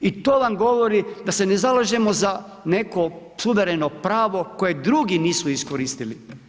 I to vam govori da se ne zalažemo za neko suvereno pravo koje drugi nisu iskoristili.